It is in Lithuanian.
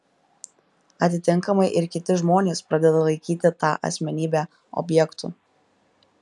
atitinkamai ir kiti žmonės pradeda laikyti tą asmenybę objektu